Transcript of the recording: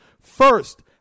First